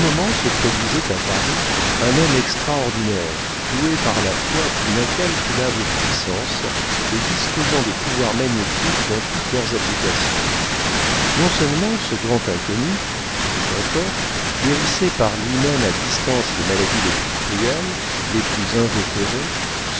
se produisait à paris un homme extraordinaire doué par la foi d'une incalculable puissance et disposant des pouvoirs magnétiques dans toutes leurs applications non-seulement ce grand inconnu qui vit encore guérissait par lui-même à distance les maladies les plus cruelles les plus invétérées